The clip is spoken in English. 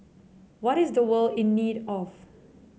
what is the world in need of